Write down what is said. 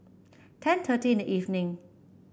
ten thirty in the evening